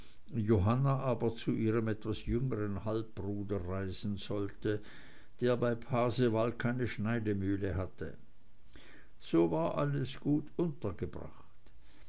johanna aber zu ihrem etwas jüngeren halbbruder reisen sollte der bei pasewalk eine schneidemühle hatte so war alles gut untergebracht